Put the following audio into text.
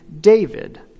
David